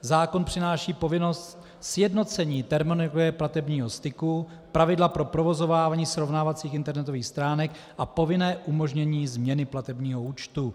Zákon přináší povinnost sjednocení platebního styku, pravidla pro provozování srovnávacích internetových stránek a povinné umožnění změny platebního účtu.